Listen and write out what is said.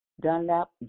Dunlap